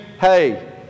hey